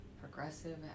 progressive